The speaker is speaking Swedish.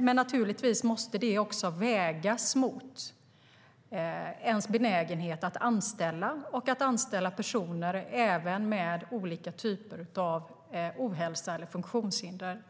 Men det måste naturligtvis vägas mot ens benägenhet att anställa generellt sett och även att anställa personer med olika typer av ohälsa eller funktionshinder.